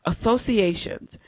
associations